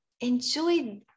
enjoy